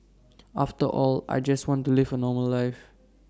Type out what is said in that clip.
after all I just want to live A normal life